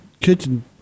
kitchen